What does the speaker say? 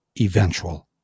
eventual